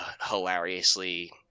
hilariously